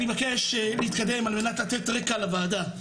אני מבקש להתקדם, על מנת לתת רקע לוועדה.